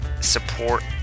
support